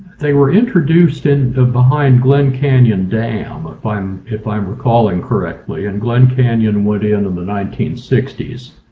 they were introduced and behind glen canyon dam, ah if i'm, if i'm recalling correctly. and glen canyon would end in the nineteen sixty s,